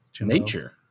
Nature